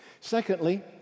Secondly